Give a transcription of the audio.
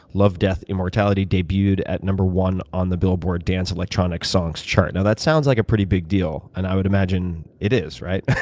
love, death, immortality, debuted at no. one on the billboard dance electronic songs chart. now that sounds like a pretty big deal, and i would imagine it is, right?